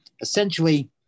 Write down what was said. essentially